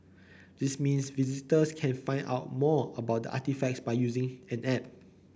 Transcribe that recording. this means visitors can find out more about the artefacts by using an app